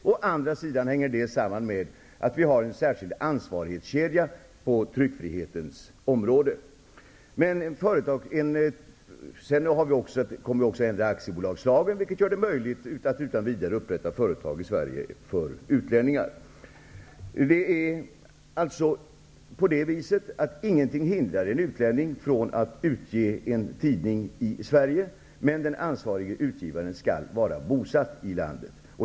Det hänger å andra sidan samman med att vi har en särskild ansvarighetskedja på tryckfrihetens område. Sedan kommer vi också att ändra aktiebolagslagen, vilket gör det möjligt för utlänningar att utan vidare upprätta företag i Sverige. Ingenting hindrar en utlänning från att utge en tidning i Sverige, men den ansvarige utgivaren skall vara bosatt i landet.